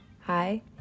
hi